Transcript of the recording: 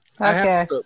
Okay